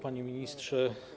Panie Ministrze!